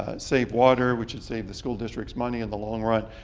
ah save water, which would save the school districts money in the long run.